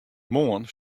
moarn